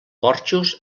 porxos